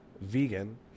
vegan